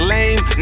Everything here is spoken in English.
Lame